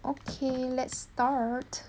okay let's start